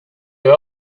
were